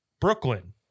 Brooklyn